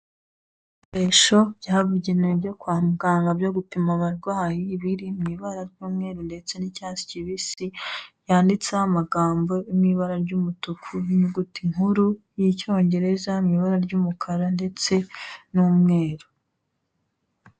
Ibikoresho byabugenewe byo kwa muganga byo gupima abarwayi biri mu ibara ry'umuweru ndetse n'icyatsi kibisi, yanditseho amagambo ari mu ibara ry'umutuku n'inyuguti nkuru y'icyongereza, mu ibara ry'umukara ndetse n'umweru.